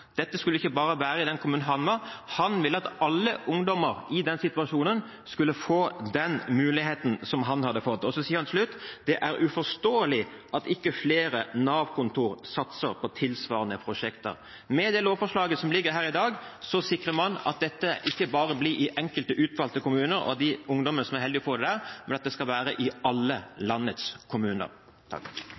Dette skulle ikke bare være i den kommunen han var, han ville at alle ungdommer i den situasjonen skulle få den muligheten som han hadde fått. Og så sier han, helt til slutt: «Det er uforståelig at ikke flere Nav-kontor satser på tilsvarende prosjekter.» Med det lovforslaget som ligger her i dag, sikrer man at dette ikke bare blir i enkelte utvalgte kommuner og for de ungdommene som er heldige og får det der, men at det skal være i alle landets kommuner.